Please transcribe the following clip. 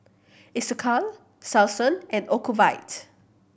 Isocal Selsun and Ocuvite